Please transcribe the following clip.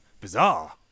Bizarre